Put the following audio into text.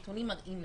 הנתונים מראים,